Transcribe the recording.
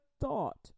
thought